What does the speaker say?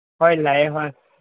ꯍꯣꯏ ꯂꯩꯌꯦ ꯍꯣꯏ